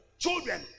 Children